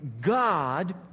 God